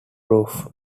roof